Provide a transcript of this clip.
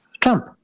Trump